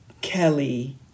Kelly